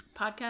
podcast